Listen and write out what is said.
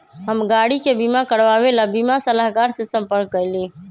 हम गाड़ी के बीमा करवावे ला बीमा सलाहकर से संपर्क कइली